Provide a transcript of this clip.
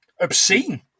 Obscene